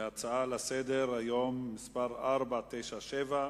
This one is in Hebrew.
אנחנו עוברים להצעה לסדר-היום שמספרה 497: